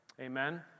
Amen